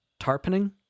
tarpening